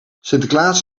sinterklaas